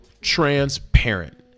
transparent